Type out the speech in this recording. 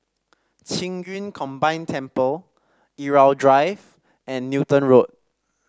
Qing Yun Combine Temple Irau Drive and Newton Road